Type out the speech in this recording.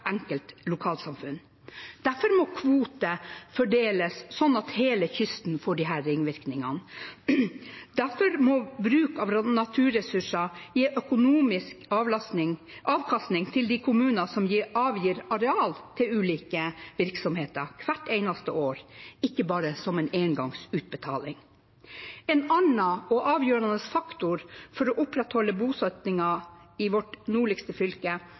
enkelt lokalsamfunn. Derfor må kvoter fordeles sånn at hele kysten får disse ringvirkningene. Derfor må bruk av naturressurser gi økonomisk avkastning til de kommunene som avgir areal til ulike virksomheter hvert eneste år, ikke bare som en engangsutbetaling. En annen og avgjørende faktor for å opprettholde bosettingen i vårt nordligste fylke,